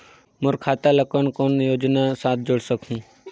मोर खाता ला कौन कौन योजना साथ जोड़ सकहुं?